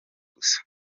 gusa